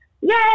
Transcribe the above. yay